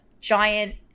giant